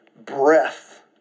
breath